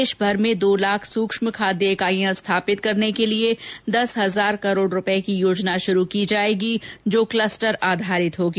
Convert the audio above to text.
देशभर में दो लाख सूक्ष्म खाद्य इकाइयां स्थापित करने के लिए दस हजार करोड़ रूपए की योजना शुरू की जाएगी जो क्लस्टर आधारित होगी